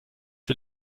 der